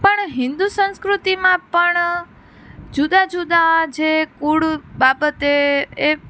પણ હિન્દુ સંસ્કૃતિમાં પણ જુદા જુદા જે કુળ બાબતે એ